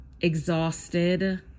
exhausted